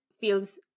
feels